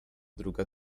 druga